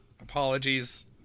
Apologies